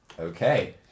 Okay